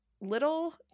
little